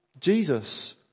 Jesus